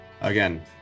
Again